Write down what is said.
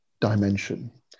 dimension